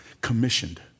commissioned